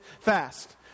fast